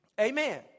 Amen